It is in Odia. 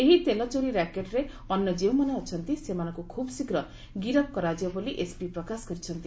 ଏହି ତେଲ ଚୋରି ରାକେଟ୍ରେ ଅନ୍ୟ ଯେଉଁମାନେ ଅଛନ୍ତି ସେମାନଙ୍କୁ ଖୁବ୍ ଶୀଘ୍ର ଗିରଫ୍ କରାଯିବ ବୋଲି ଏସ୍ପି ପ୍ରକାଶ କରିଛନ୍ତି